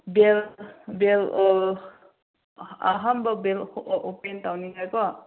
ꯕꯦꯜ bell ꯑꯍꯥꯟꯕ bell open ꯇꯧꯅꯤꯡꯉꯥꯏ ꯀꯣ